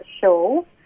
show